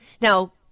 Now